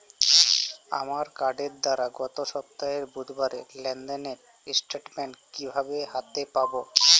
আমার কার্ডের দ্বারা গত সপ্তাহের বুধবারের লেনদেনের স্টেটমেন্ট কীভাবে হাতে পাব?